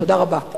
תודה רבה.